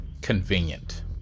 convenient